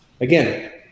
Again